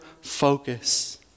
focus